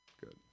Good